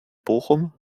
bochum